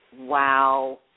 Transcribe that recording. Wow